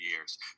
years